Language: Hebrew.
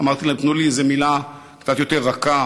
אמרתי להם: תנו לי איזו מילה קצת יותר רכה,